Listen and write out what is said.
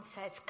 says